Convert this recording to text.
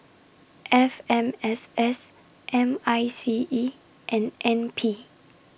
F M S S M I C E and N P